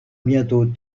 bientôt